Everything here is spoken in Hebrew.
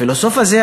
הפילוסוף הזה,